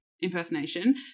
impersonation